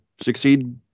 succeed